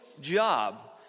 job